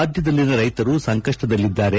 ರಾಜ್ಯದಲ್ಲಿನ ರೈತರು ಸಂಕಷ್ಟದಲ್ಲಿದ್ದಾರೆ